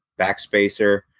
backspacer